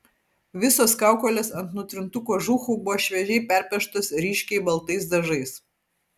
visos kaukolės ant nutrintų kožuchų buvo šviežiai perpieštos ryškiai baltais dažais